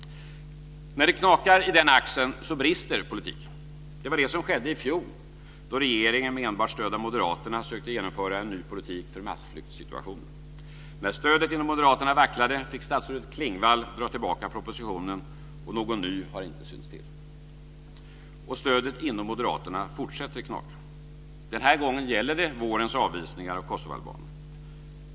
När det knakar i den axeln så brister politiken. Det var det som skedde i fjol när regeringen med enbart stöd av Moderaterna försökte att genomföra en ny politik för massflyktssituationer. Klingvall dra tillbaka propositionen, och någon ny har inte synts till. Och stödet inom Moderaterna fortsätter att knaka. Den här gången gäller det vårens avvisningar av kosovoalbaner.